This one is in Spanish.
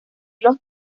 los